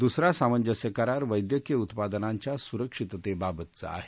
दुसरा सामंजस्य करार वैद्यकीय उत्पादनांच्या सुरक्षिततेबाबतचा आहे